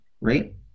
right